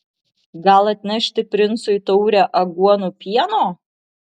gal atnešti princui taurę aguonų pieno